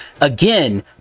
again